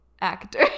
actor